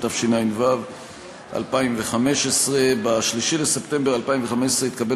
התשע"ו 2015. ב-3 בספטמבר 2015 התקבל